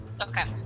Okay